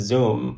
Zoom